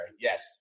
Yes